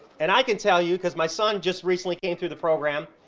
and i can tell you cause my son just recently came through the program,